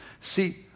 See